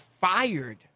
fired